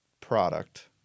product